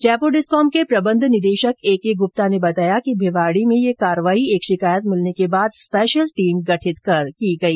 Jaipur discom के प्रबंध निदेशक ए के गुप्ता ने बताया कि भिवाडी में ये कार्रवाई एक शिकायत मिलने के बाद स्पेशल टीम गठित कर की गई